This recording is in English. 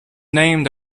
named